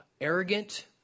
arrogant